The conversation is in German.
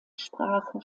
sprache